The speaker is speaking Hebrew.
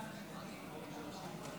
עד שלוש דקות